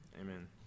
Amen